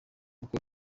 kuko